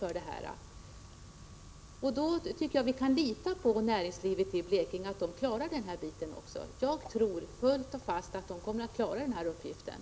Jag tycker vi kan lita på att näringslivet i Blekinge skall klara den uppgiften — jag tror fullt och fast att man kommer att göra det.